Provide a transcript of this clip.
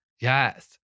Yes